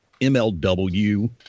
MLW